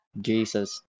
Jesus